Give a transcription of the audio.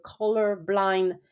colorblind